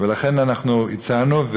ולכן אנחנו הצענו,